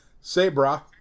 Sabra